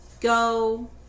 go